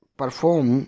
perform